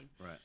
Right